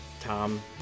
tom